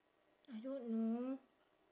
I don't know